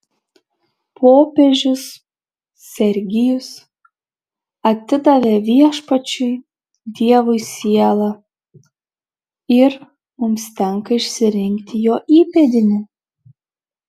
popiežius sergijus atidavė viešpačiui dievui sielą ir mums tenka išsirinkti jo įpėdinį